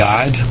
God